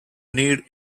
need